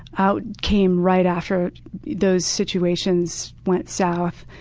out came right after those situations went south.